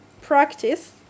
practice